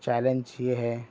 challenge یہ ہے